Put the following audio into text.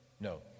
no